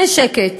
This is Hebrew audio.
אין שקט,